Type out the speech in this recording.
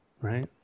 right